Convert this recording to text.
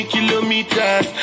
Kilometers